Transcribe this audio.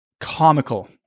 comical